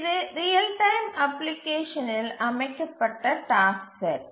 இது real time அப்ளிகேஷனில் அமைக்கப்பட்ட டாஸ்க் செட்